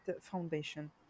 Foundation